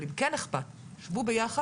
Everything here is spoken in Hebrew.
אבל אם כן אכפת, שבו ביחד,